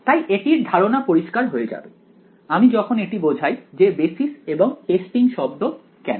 তাই এটির ধারণা পরিষ্কার হয়ে যাবে আমি যখন এটি বোঝাই যে বেসিস এবং টেস্টিং শব্দ কেন